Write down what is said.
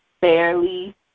fairly